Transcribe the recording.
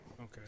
Okay